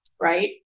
right